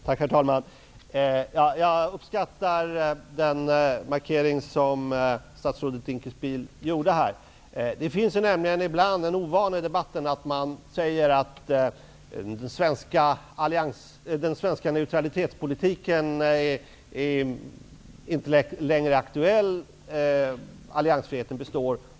Herr talman! Jag uppskattar den markering som statsrådet Dinkelspiel gjorde här. Ibland förekommer nämligen ovanan i debatten att man säger att den svenska neutralitetspolitiken inte längre är aktuell men att alliansfriheten består.